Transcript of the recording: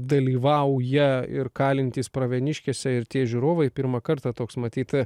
dalyvauja ir kalintys pravieniškėse ir tie žiūrovai pirmą kartą toks matyt